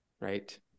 right